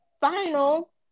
final